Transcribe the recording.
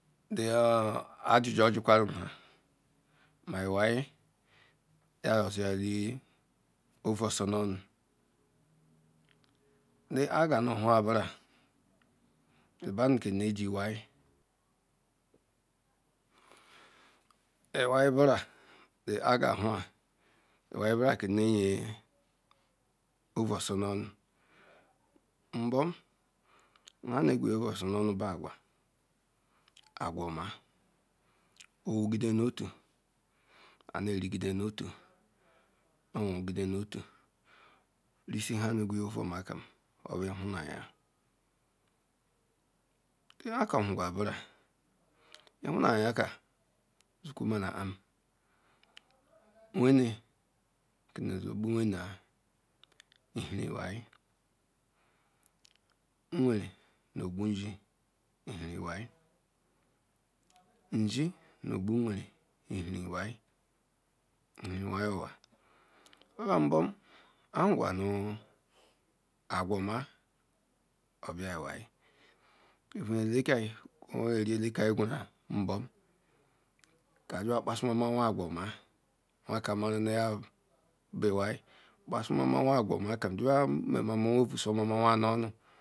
Ajuju ojukwarum mu bah mah iwai obu wu-omah were nah gbakwusu weme but nuh anyi wereh nu omah nu ali-kah wenem wemem kenu si nu oboro-oma nu-ali ndam ni iyina kam nu somoh osu izuru ikeh ohem liken-ah eyeh onu tuga obu nbemejikwa nyeriga boro-omah neh eri meh gweru garri wah meh mekwesi mini wuri nuna asom neh nu